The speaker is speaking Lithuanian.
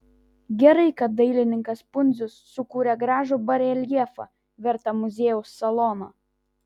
gerai kad dailininkas pundzius sukūrė gražų bareljefą vertą muziejaus salono